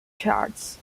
charts